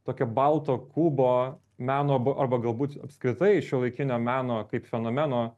tokio balto kubo meno arba galbūt apskritai šiuolaikinio meno kaip fenomeno